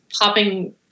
Popping